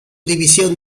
división